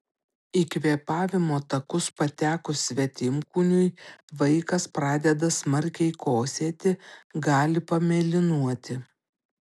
į kvėpavimo takus patekus svetimkūniui vaikas pradeda smarkiai kosėti gali pamėlynuoti